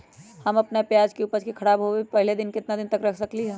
हम अपना प्याज के ऊपज के खराब होबे पहले कितना दिन तक रख सकीं ले?